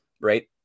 right